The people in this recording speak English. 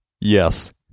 yes